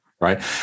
Right